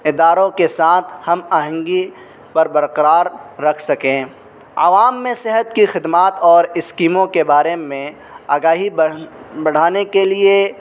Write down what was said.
اداروں کے ساتھ ہم آہنگی پر برقرار رکھ سکیں عوام میں صحت کی خدمات اور اسکیموں کے بارے میں آگاہی بڑھ بڑھانے کے لیے